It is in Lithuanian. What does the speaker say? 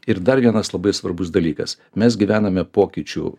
ir dar vienas labai svarbus dalykas mes gyvename pokyčių